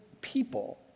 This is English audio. people